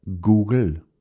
Google